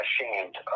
ashamed